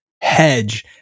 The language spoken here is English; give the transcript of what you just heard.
hedge